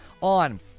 on